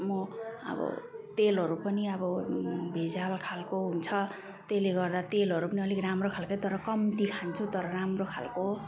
म अब तेलहरू पनि अब भेजाल खालको हुन्छ त्यसले गर्दा तेलहरू पनि अलिक राम्रो खालके तर कम्ती खान्छु तर राम्रो खालको